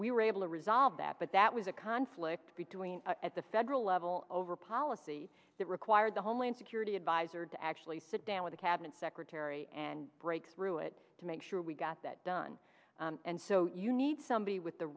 we were able to resolve that but that was a conflict between at the federal level over policy that required the homeland security adviser to actually sit down with a cabinet secretary and break through it to make sure we got that done and so you need somebody with the